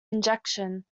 injection